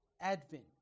advent